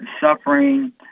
suffering